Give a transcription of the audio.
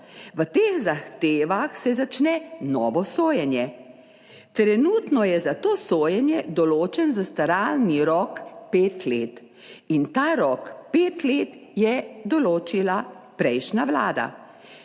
V teh zahtevah se začne novo sojenje. Trenutno je za to sojenje določen zastaralni rok pet let. In ta rok pet let je določila prejšnja vlada,